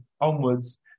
onwards